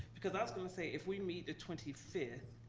because i was gonna say if we meet the twenty fifth.